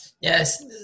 yes